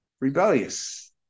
rebellious